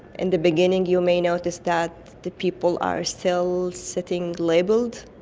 in the beginning you may notice that the people are still sitting labelled,